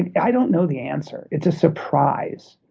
and i don't know the answer. it's a surprise.